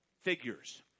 figures